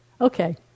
Okay